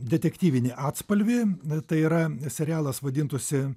detektyvinį atspalvį tai yra serialas vadintųsi